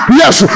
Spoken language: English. yes